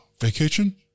vacation